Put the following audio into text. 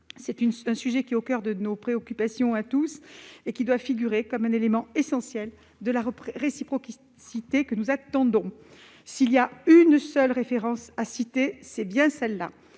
Ce sujet, qui est au coeur de nos préoccupations à tous, doit figurer comme un élément essentiel de la réciprocité que nous attendons. S'il y a une seule référence à citer, c'est bien celle-là.